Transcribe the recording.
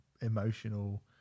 emotional